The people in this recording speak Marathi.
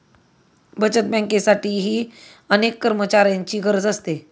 बचत बँकेसाठीही अनेक कर्मचाऱ्यांची गरज असते